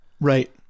Right